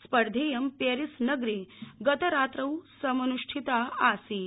स्पर्धेयं पेरिसनगरे गतरात्रौ समन्ष्ठिता आसीत्